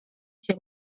się